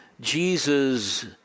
Jesus